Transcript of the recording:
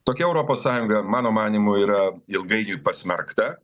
tokia europos sąjunga mano manymu yra ilgainiui pasmerkta